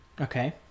Okay